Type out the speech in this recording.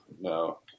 No